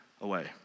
away